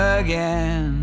again